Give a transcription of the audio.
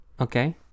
Okay